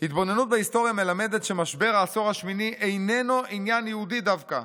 התבוננות בהיסטוריה מלמדת שמשבר העשור השמיני איננו עניין יהודי דווקא,